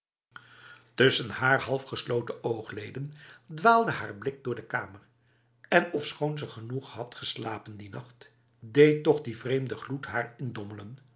tussen haar half gesloten oogleden dwaalde haar blik door de kamer en ofschoon ze genoeg had geslapen die nacht deed toch die vreemde gloed haar indommelen